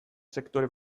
sektore